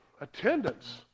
attendance